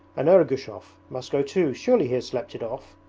and ergushov must go too surely he has slept it off